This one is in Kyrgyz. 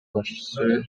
башчысы